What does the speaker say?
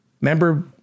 Remember